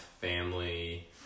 family